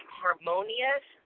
harmonious